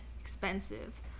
expensive